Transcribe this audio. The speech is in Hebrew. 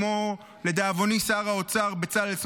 כמו לדאבוני שר האוצר בצלאל סמוטריץ',